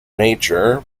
nature